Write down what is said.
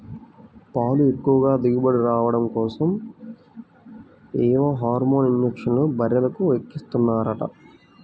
పాలు ఎక్కువ దిగుబడి రాడం కోసరం ఏవో హార్మోన్ ఇంజక్షన్లు బర్రెలకు ఎక్కిస్తన్నారంట